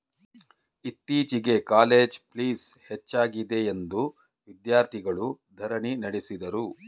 ಇತ್ತೀಚೆಗೆ college fees ಹೆಚ್ಚಾಗಿದೆಯೆಂದು ವಿದ್ಯಾರ್ಥಿಗಳು ಧರಣಿ ನಡೆಸಿದರು